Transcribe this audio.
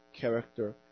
character